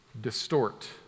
distort